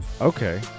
Okay